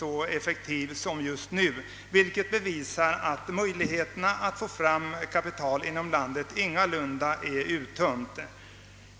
så effektiv som just nu, vilket visar att möjligheterna att få fram kapital inom landet ingalunda är uttömda.